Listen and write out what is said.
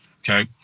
Okay